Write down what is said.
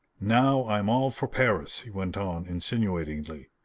now i'm all for paris! he went on insinuatingly.